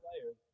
players